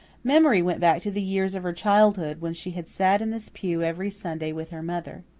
memory went back to the years of her childhood when she had sat in this pew every sunday with her mother.